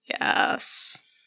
Yes